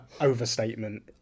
overstatement